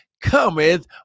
cometh